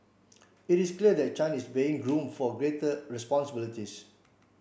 it is clear that Chan is being groomed for greater responsibilities